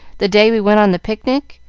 the day we went on the picnic.